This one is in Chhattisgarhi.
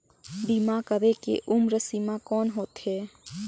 बीमा करे के उम्र सीमा कौन होथे?